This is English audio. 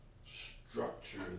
structure